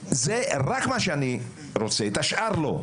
רק את זה אני רוצה, את השאר לא.